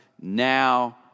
now